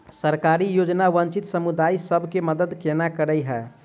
सरकारी योजना वंचित समुदाय सब केँ मदद केना करे है?